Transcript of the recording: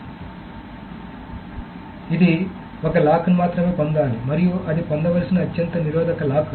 కాబట్టి ఇది ఒక లాక్ మాత్రమే పొందాలి మరియు అది పొందవలసిన అత్యంత నిరోధక లాక్